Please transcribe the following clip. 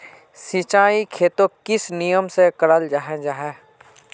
सिंचाई खेतोक किस नियम से कराल जाहा जाहा?